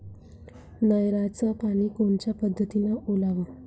नयराचं पानी कोनच्या पद्धतीनं ओलाव?